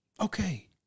Okay